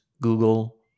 Google